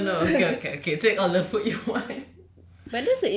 err no no no no okay okay okay take all the food you want